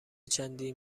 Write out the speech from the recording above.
چندین